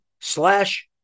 slash